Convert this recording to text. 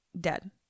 Dead